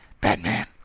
Batman